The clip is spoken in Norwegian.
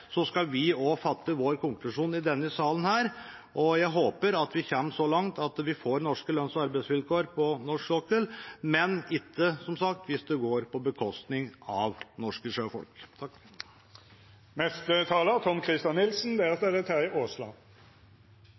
så langt at vi får norske lønns- og arbeidsvilkår på norsk sokkel, men som sagt ikke hvis det skjer på bekostning av norske sjøfolk.